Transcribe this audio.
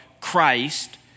Christ